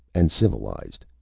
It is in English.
and civilized.